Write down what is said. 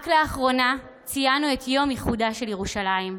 רק לאחרונה ציינו את יום איחודה של ירושלים.